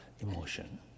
emotion